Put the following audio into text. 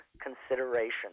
consideration